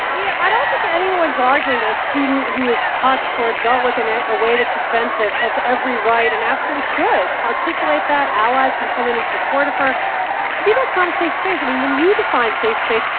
i yeah, i don't think anyone's arguing that a student who is touched or dealt with in ah a way that's offensive has every right and absolutely should articulate that. allies can come in in support of her. the to me, that's not a safe space. i mean, when you define safe space,